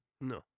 no